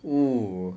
oo